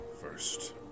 first